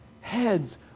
heads